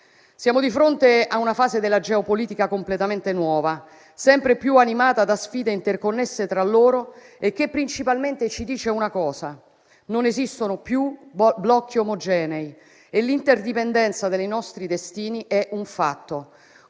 Siamo di fronte a una fase della geopolitica completamente nuova, sempre più animata da sfide interconnesse tra loro e che principalmente ci dice una cosa: non esistono più blocchi omogenei e l'interdipendenza dei nostri destini è un fatto,